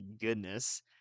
goodness